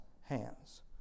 hands